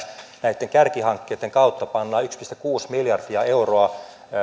näitten kärkihankkeitten kautta pannaan yksi pilkku kuusi miljardia euroa